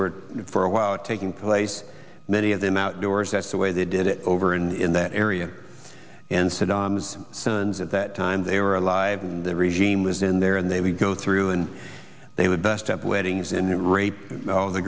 were for a while taking place many of them outdoors that's the way they did it over and in that area and saddam's sons at that time they were alive and the regime was in there and they would go through and they would bust up weddings and rape the